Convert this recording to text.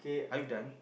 are you done